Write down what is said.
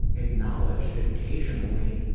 acknowledge that occasionally,